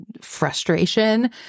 frustration